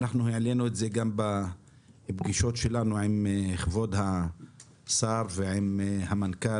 אנחנו העלינו את זה גם בפגישות שלנו עם כבוד השר ועם המנכ"ל